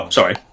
sorry